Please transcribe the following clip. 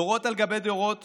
דורות על גבי דורות